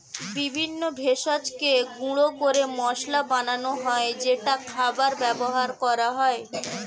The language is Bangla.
বিভিন্ন ভেষজকে গুঁড়ো করে মশলা বানানো হয় যেটা খাবারে ব্যবহার করা হয়